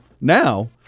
now